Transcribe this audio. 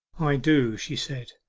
i do she said.